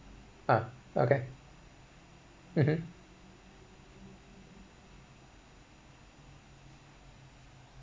uh okay mmhmm